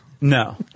No